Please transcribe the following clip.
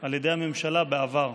על ידי הממשלה בעבר.